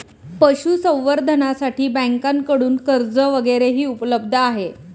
पशुसंवर्धनासाठी बँकांकडून कर्ज वगैरेही उपलब्ध आहे